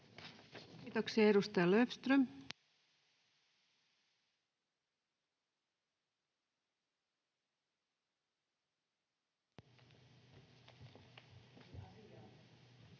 Kiitoksia. — Edustaja Löfström. [Speech